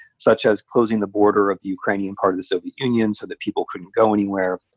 such as closing the border of ukrainian part of the soviet union so that people couldn't go anywhere,